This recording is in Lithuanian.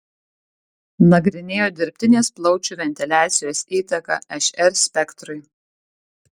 nagrinėjo dirbtinės plaučių ventiliacijos įtaką šr spektrui